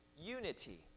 unity